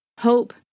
hope